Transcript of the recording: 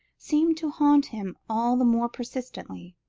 seemed to haunt him all the more persistently,